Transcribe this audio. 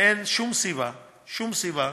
ואין שום סיבה, שום סיבה,